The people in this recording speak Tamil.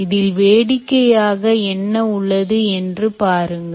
இதில் வேடிக்கையாக என்ன உள்ளது என்று பாருங்கள்